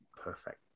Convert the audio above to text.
perfect